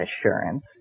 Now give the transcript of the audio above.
assurance